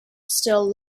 still